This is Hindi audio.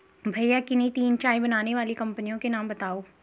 भैया किन्ही तीन चाय बनाने वाली कंपनियों के नाम बताओ?